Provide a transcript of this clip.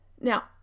Now